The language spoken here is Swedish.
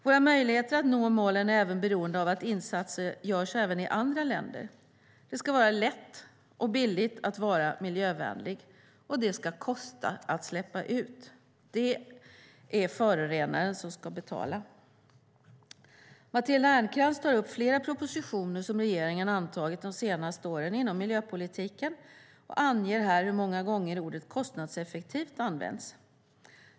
Våra möjligheter att nå målen är beroende av att insatser görs även i andra länder. Det ska vara lätt och billigt att vara miljövänlig, och det ska kosta att släppa ut. Det är förorenaren som ska betala. Matilda Ernkrans tar upp flera propositioner som regeringen antagit de senaste åren inom miljöpolitiken och anger hur många gånger ordet "kostnadseffektivt" används.